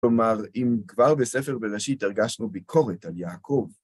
כלומר, אם כבר בספר בראשית הרגשנו ביקורת על יעקב,